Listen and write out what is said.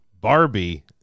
Barbie